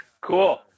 Cool